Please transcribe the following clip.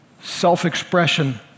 self-expression